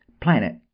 planet